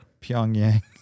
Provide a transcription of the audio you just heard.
Pyongyang